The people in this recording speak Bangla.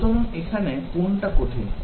সুতরাং এখানে কোনটা কঠিন